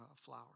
flower